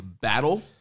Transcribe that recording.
battle